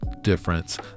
difference